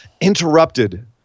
interrupted